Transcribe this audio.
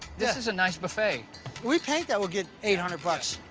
this is a nice buffet. if we paint that, we'll get eight hundred bucks.